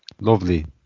Lovely